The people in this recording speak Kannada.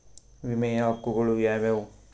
ವಿಮೆಯ ಹಕ್ಕುಗಳು ಯಾವ್ಯಾವು?